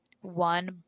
one